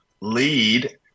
lead